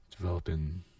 developing